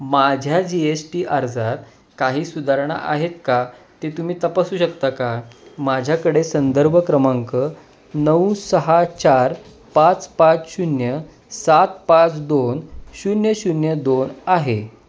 माझ्या G S T अर्जात काही सुधारणा आहेत का ते तुम्ही तपासू शकता का माझ्याकडे संदर्भ क्रमांक नऊ सहा चार पाच पाच शून्य सात पाच दोन शून्य शून्य दोन आहे